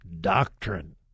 doctrine